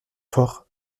fort